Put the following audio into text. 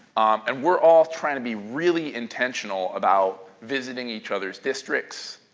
and we're all trying to be really intentional about visiting each other's districts,